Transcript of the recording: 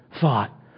thought